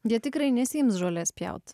jie tikrai nesiims žolės pjauti